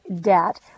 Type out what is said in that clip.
debt